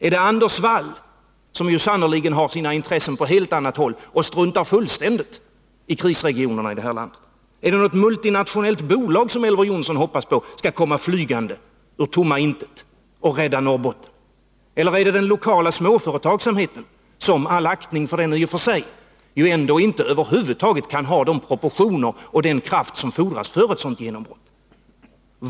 Är det Anders Wall, som ju sannerligen har sina intressen på helt annat håll och fullständigt struntar i krisregionerna i vårt land? Är det något multinationellt bolag som Elver Jonsson hoppas skall komma flygande ur tomma intet och rädda Norrbotten? Eller är det den lokala småföretagsamheten som — med all aktning för den i och för sig — ändå över huvud taget inte kan ha de proportioner och den kraft som fordras för ett sådant genombrott?